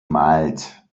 malt